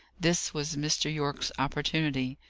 this was mr. yorke's opportunity.